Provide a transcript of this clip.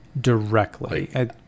directly